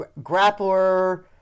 grappler